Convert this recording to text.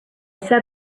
set